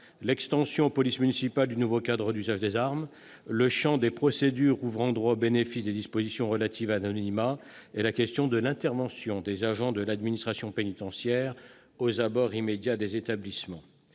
l'extension aux polices municipales du nouveau cadre d'usage des armes, le champ des procédures ouvrant droit au bénéfice des dispositions relatives à l'anonymat et la question de l'intervention des agents de l'administration pénitentiaire aux abords immédiats des établissements.